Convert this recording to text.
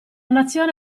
nazione